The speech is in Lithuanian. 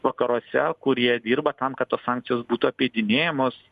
vakaruose kurie dirba tam kad tos sankcijos būtų apeidinėjamos